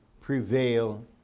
prevail